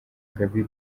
gaby